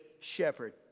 shepherd